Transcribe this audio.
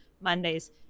Mondays